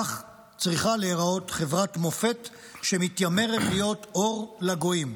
כך צריכה להיראות חברת מופת שמתיימרת להיות אור לגויים.